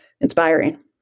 inspiring